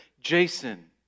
Jason